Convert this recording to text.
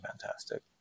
fantastic